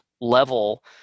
level